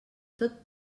tot